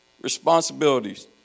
responsibilities